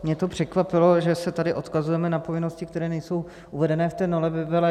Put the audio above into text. Mě to překvapilo, že se tady odkazujeme na povinnosti, které nejsou uvedené v té novele.